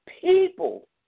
people